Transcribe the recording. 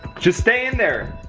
just stay in there.